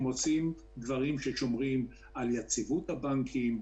הם עושים דברים ששומרים על יציבות הבנקים,